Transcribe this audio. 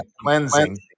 cleansing